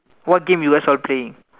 what games you guys all playing